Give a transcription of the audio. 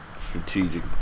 strategic